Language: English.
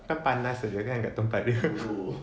kan panas kat tempat dia